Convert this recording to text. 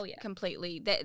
completely